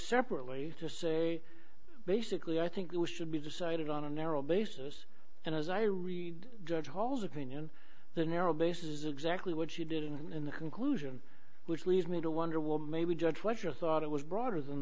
separately to say basically i think we should be decided on a narrow basis and as i read judge hall's opinion the narrow base is exactly what she did in the conclusion which leads me to wonder well maybe judge lester thought it was broader than